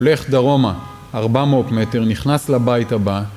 לך דרומה 400 מטר, נכנס לבית הבא